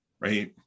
Right